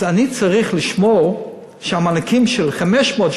אז אני צריך לשמור שהמענקים של 500,